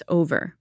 over